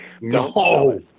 No